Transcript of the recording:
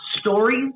stories